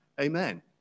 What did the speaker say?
amen